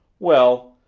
well,